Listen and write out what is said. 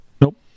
Nope